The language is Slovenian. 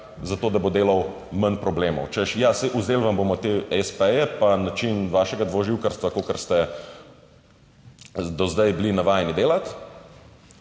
zato, da bo delal manj problemov. Češ, ja, saj vzeli vam bomo te espeje pa način vašega dvoživkarstva kakor ste do zdaj bili navajeni delati,